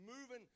moving